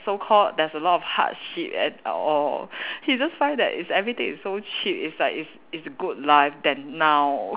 so called there's a lot of hardship and or he just find that is everything is so cheap is like is is good life than now